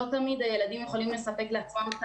לא תמיד הילדים יכולים לספק לעצמם את